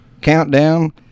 countdown